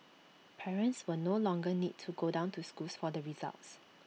parents will no longer need to go down to schools for the results